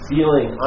Feeling